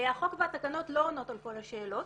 החוק והתקנות לא עונות על כל השאלות